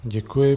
Děkuji.